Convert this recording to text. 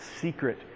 Secret